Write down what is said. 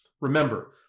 Remember